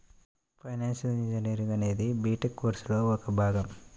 financial engineering అనేది BTech కోర్సులో ఒక భాగం